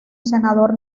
senador